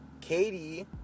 Katie